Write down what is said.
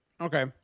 Okay